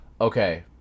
Okay